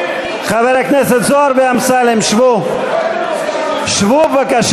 חברי הכנסת זוהר ואמסלם, שבו, בבקשה.